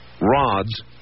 rods